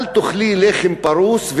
אל תאכלי לחם פרוס,